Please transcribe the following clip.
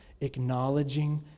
acknowledging